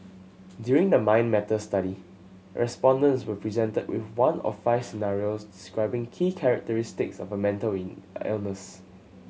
during the Mind Matters study respondents were presented with one of five scenarios describing key characteristics of a mental illness